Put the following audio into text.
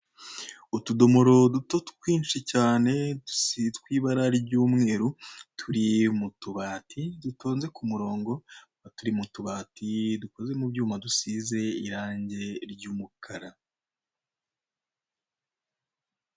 Utudomoro duto twinshi cyane tw'ibara ry'umweru turi mu tubati dutonze k'umurongo tukaba turi mu tubati dukoze mu byuma dusize irange ry'umukara.